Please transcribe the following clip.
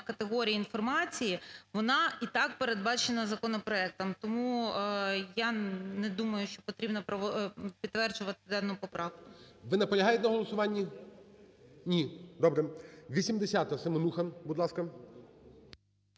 категорій інформації, вона і так передбачена законопроектом. Тому я не думаю, що потрібно підтверджувати дану поправку. ГОЛОВУЮЧИЙ. Ви наполягаєте на голосуванні? Ні. Добре. 80-а, Семенуха. Будь ласка.